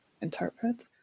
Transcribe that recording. interpret